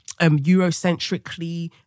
eurocentrically